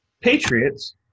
Patriots